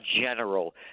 general